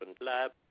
lab